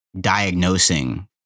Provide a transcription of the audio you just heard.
diagnosing